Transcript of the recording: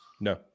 no